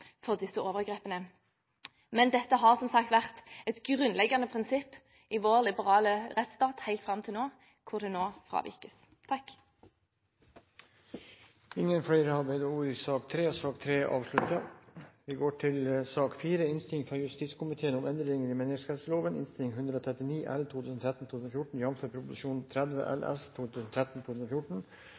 for disse overgrepene, men dette har som sagt vært et grunnleggende prinsipp i vår liberale rettsstat helt fram til nå, hvor det nå fravikes. Flere har ikke bedt om ordet til sak nr. 3. Jeg vil bare innledningsvis si at mitt innlegg gjelder sakene nr. 4 og 5 på sakskartet i